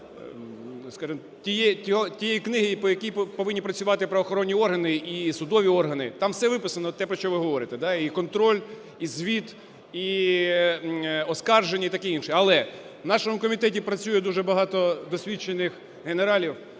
тієї книги, по якій повинні працювати правоохоронні органи і судові органи, там все виписано, те, про що ви говорите: і контроль, і звіт, і оскарження, і таке інше. Але в нашому комітеті працює дуже багато досвідчених генералів